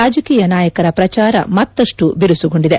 ರಾಜಕೀಯ ನಾಯಕರ ಪ್ರಚಾರ ಮತ್ತಷ್ಸು ಬಿರುಸುಗೊಂಡಿದೆ